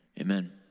Amen